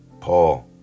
Paul